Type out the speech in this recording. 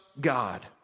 God